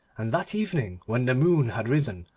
and that evening, when the moon had risen,